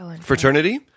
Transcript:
fraternity